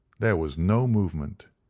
there was no movement.